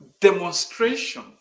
demonstration